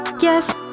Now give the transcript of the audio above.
yes